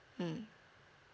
mmhmm